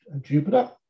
jupiter